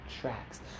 tracks